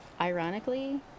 ironically